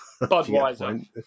Budweiser